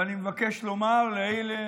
ואני מבקש לומר לאלה